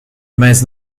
mas